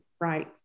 right